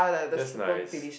just nice